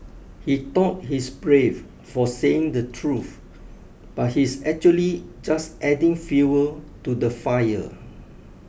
he thought he's brave for saying the truth but he's actually just adding fuel to the fire